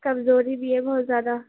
کمزوری بھی ہے بہت زیادہ